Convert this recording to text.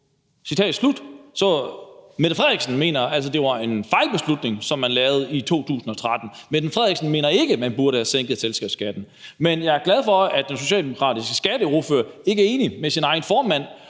Mette Frederiksen mener altså, at det var en fejlbeslutning, som man lavede i 2013, og mener ikke, at man burde have sænket selskabsskatten. Men jeg er glad for, at den socialdemokratiske skatteordfører ikke er enig med sin egen formand